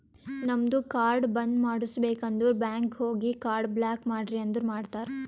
ನಮ್ದು ಕಾರ್ಡ್ ಬಂದ್ ಮಾಡುಸ್ಬೇಕ್ ಅಂದುರ್ ಬ್ಯಾಂಕ್ ಹೋಗಿ ಕಾರ್ಡ್ ಬ್ಲಾಕ್ ಮಾಡ್ರಿ ಅಂದುರ್ ಮಾಡ್ತಾರ್